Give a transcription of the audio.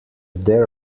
there